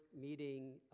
meeting